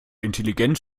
intelligenz